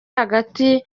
hagati